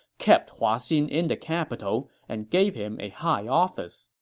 kept hua xin in the capital and gave him a high office.